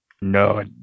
No